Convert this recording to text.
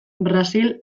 brasil